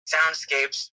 soundscapes